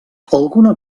alguna